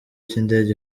cy’indege